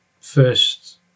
first